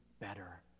better